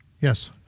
Yes